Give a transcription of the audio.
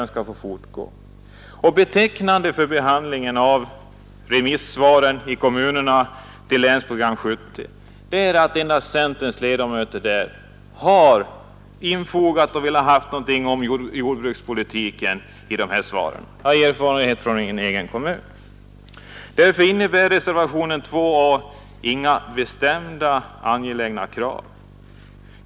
Betecknande är att vid kommunernas behandling av remissyttrandena över Länsprogram 70 endast centerns ledamöter har velat tillfoga förslag om jordbrukspolitiken. Jag har erfarenhet av detta från min egen kommun. Därför innebär reservationen 2 a inga bestämda angelägna krav.